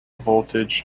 voltage